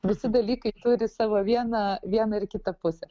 visi dalykai turi savo vieną vieną ir kitą pusę